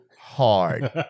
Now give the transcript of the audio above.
hard